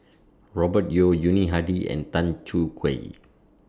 Robert Yeo Yuni Hadi and Tan Choo Kai